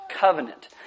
covenant